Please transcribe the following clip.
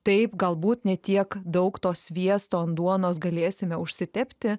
taip galbūt ne tiek daug to sviesto ant duonos galėsime užsitepti